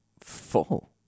full